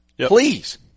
Please